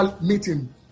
meeting